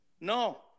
No